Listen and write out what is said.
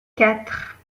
quatre